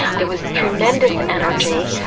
there was tremendous energy.